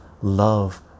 love